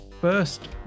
first